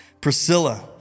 Priscilla